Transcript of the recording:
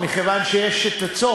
מכיוון שיש הצום,